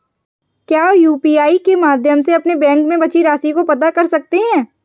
क्या यू.पी.आई के माध्यम से अपने बैंक में बची राशि को पता कर सकते हैं?